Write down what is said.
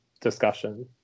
discussion